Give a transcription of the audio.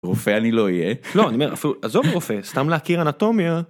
רופא אני לא אהיה לא אני אומר לך עזוב רופא סתם להכיר אנטומיה.